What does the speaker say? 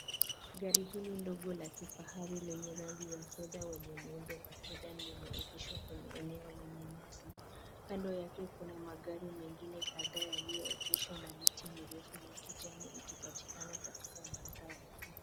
Gari hili ndogo la kifahari lenye rangi ya fedha wenye muundo wa sedan limeegeshwa kwenye eneo la nyasi. Kando yake kuna magari mengine kadhaa yaliyoengeshwa na miti mirefu ya kijani ikipatikana katika mandhari hii.